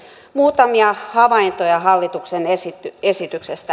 muutamia havaintoja hallituksen esityksestä